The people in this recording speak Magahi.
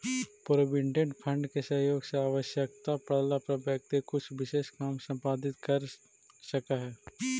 प्रोविडेंट फंड के सहयोग से आवश्यकता पड़ला पर व्यक्ति कुछ विशेष काम संपादित कर सकऽ हई